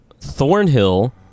Thornhill